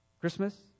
christmas